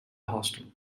hostel